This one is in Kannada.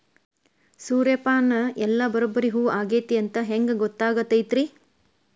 ಸೂರ್ಯಪಾನ ಎಲ್ಲ ಬರಬ್ಬರಿ ಹೂ ಆಗೈತಿ ಅಂತ ಹೆಂಗ್ ಗೊತ್ತಾಗತೈತ್ರಿ?